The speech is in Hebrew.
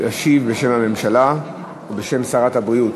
ישיב בשם הממשלה ובשם שרת הבריאות.